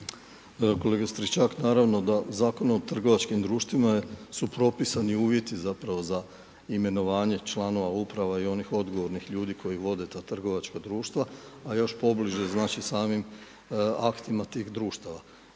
Dražen (HDZ)** Naravno da Zakonom o trgovačkim društvima su propisani uvjeti zapravo za imenovanje članova uprava i onih odgovornih ljudi koji vode ta trgovačka društva, a još pobliže znači samim aktima tih društava.